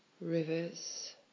rivers